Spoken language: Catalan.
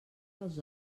dels